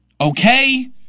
Okay